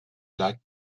plaques